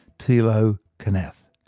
tilo kunath.